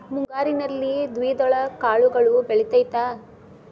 ಮುಂಗಾರಿನಲ್ಲಿ ದ್ವಿದಳ ಕಾಳುಗಳು ಬೆಳೆತೈತಾ?